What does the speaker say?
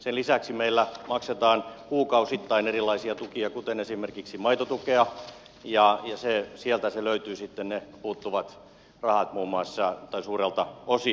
sen lisäksi meillä maksetaan kuukausittain erilaisia tukia kuten esimerkiksi maitotukea ja sieltä ne puuttuvat rahat sitten löytyvät suurelta osin